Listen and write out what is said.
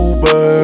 Uber